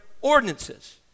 ordinances